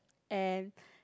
and